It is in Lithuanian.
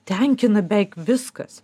tenkina beveik viskas